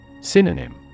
Synonym